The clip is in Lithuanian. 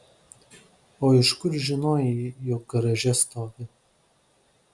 o iš kur žinojai jog garaže stovi